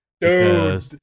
Dude